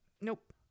Nope